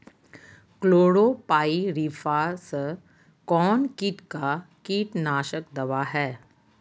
Chlorpyrifos कौन किट का कीटनाशक दवा है?